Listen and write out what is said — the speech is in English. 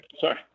Sorry